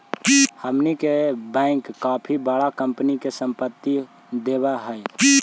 हमनी के बैंक काफी बडा कंपनी के संपत्ति देवऽ हइ